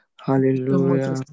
Hallelujah